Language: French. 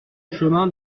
chemin